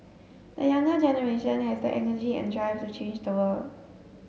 the younger generation has the energy and drive to change the world